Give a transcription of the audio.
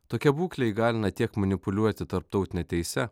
tokia būklė įgalina tiek manipuliuoti tarptautine teise